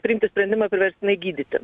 priimti sprendimą priverstinai gydyti